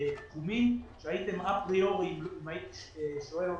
תחומים שאם הייתי שואל אתכם,